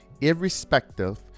irrespective